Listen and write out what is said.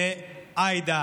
עאידה,